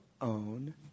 own